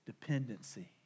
dependency